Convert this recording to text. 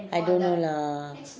I don't know lah